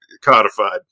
codified